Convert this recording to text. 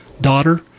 daughter